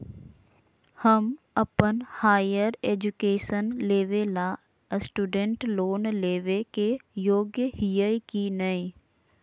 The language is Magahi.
हम अप्पन हायर एजुकेशन लेबे ला स्टूडेंट लोन लेबे के योग्य हियै की नय?